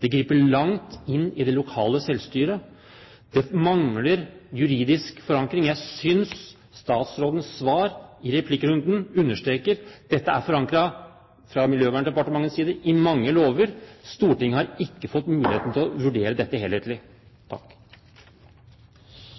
Det griper langt inn i det lokale selvstyret. Det mangler juridisk forankring. Det synes jeg statsrådens svar i replikkrunden understreker. Dette er fra Miljøverndepartementets side forankret i mange lover. Stortinget har ikke fått muligheten til å vurdere dette helhetlig.